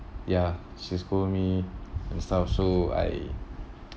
ya she scold me and stuff so I